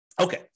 Okay